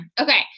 Okay